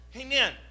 Amen